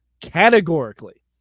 categorically